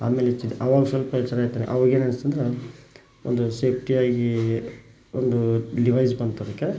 ಆಮೇಲೆ ಚೆ ಆವಾಗ ಸ್ವಲ್ಪ ಎಚ್ಚರ ಆಯಿತು ಆವಾಗೇನು ಅನ್ನಿಸ್ತು ಅಂದ್ರೆ ಒಂದು ಸೇಫ್ಟಿಯಾಗಿ ಒಂದು ಡಿವೈಸ್ ಬಂತು ಅದಕ್ಕೆ